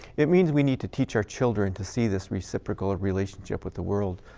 it means we need to teach our children to see this reciprocal relationship with the world,